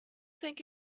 think